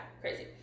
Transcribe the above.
crazy